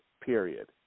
period